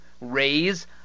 raise